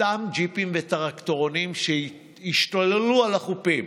אותם ג'יפים וטרקטורונים שהשתוללו על החופים